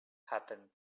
happen